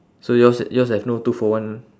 so yours yours have no two for one